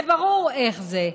זה ברור איך זה,